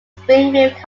springfield